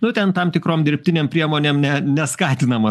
nu ten tam tikrom dirbtinėm priemonėm ne neskatinama